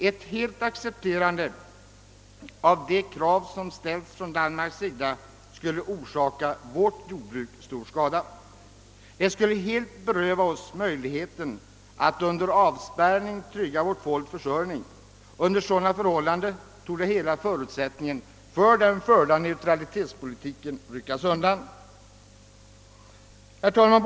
Ett totalt accepterande av de krav som ställts från Danmarks sida skulle förorsaka vårt jordbruk stor skada. Det skulle helt beröva oss möjligheten att under avspärrning trygga vårt folks försörjning, och under sådana förhållanden torde förutsättningen för den förda neutralitetspolitiken ryckas undan. Herr talman!